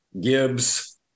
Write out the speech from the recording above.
Gibbs